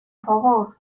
favor